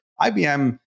IBM